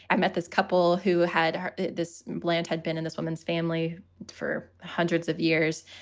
i met this couple who had this land had been in this woman's family for hundreds of years.